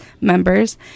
members